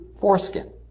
foreskin